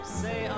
say